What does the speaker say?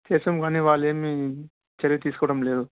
చేసాం కానీ వాళ్ళు ఏమి చర్య తీసుకోడం లేదు